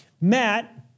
Matt